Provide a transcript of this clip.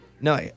No